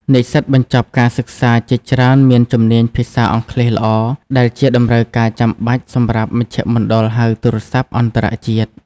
និស្សិតបញ្ចប់ការសិក្សាជាច្រើនមានជំនាញភាសាអង់គ្លេសល្អ ដែលជាតម្រូវការចាំបាច់សម្រាប់មជ្ឈមណ្ឌលហៅទូរស័ព្ទអន្តរជាតិ។